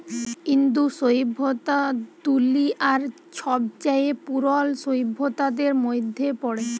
ইন্দু সইভ্যতা দুলিয়ার ছবচাঁয়ে পুরল সইভ্যতাদের মইধ্যে পড়ে